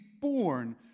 born